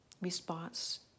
response